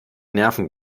nerven